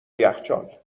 یخچال